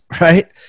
right